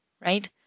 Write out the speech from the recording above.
right